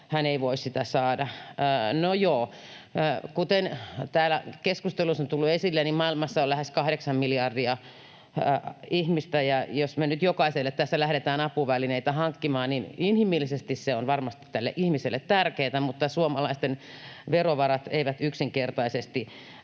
apuvälinettä. No joo. Kuten täällä keskustelussa on tullut esille, niin maailmassa on lähes kahdeksan miljardia ihmistä, ja jos me nyt jokaiselle tässä lähdetään apuvälineitä hankkimaan, niin inhimillisesti se on varmasti tälle ihmiselle tärkeätä, mutta suomalaisten verovarat eivät yksinkertaisesti